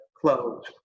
closed